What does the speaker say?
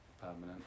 permanent